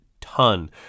ton